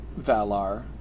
Valar